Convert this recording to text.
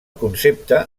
concepte